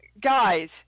Guys